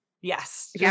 Yes